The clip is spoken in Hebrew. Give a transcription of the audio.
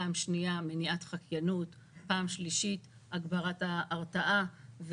מניעת חקיינות והגברת ההרתעה.